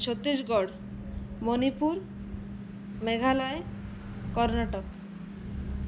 Chhattisgarh Manipur Meghalaya Karnataka